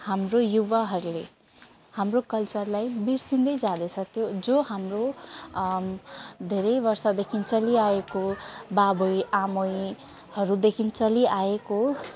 हाम्रो युवाहरूले हाम्रो कल्चरलाई बिर्सिँदै जाँदैछ त्यो जो हााम्रो धेरै वर्षदेखि चलिआएको बाबैआमैहरूदेखि चलिआएको